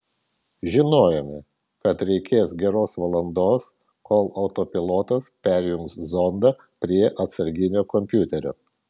žinojome kad reikės geros valandos kol autopilotas perjungs zondą prie atsarginio kompiuterio